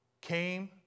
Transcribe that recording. came